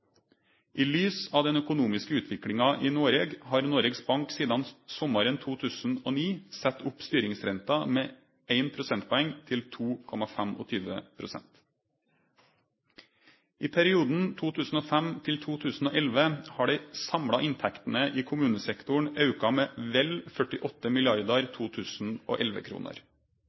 I lys av den gode økonomiske utviklinga i Noreg har Noregs Bank sidan sommaren 2009 sett opp styringsrenta med 1 prosentpoeng til 2,25 pst. I perioden frå 2005 til 2011 har dei samla inntektene i kommunesektoren auka med vel 48